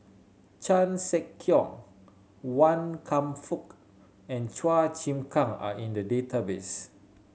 Chan Sek Keong Wan Kam Fook and Chua Chim Kang are in the database